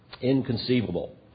Inconceivable